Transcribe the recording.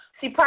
See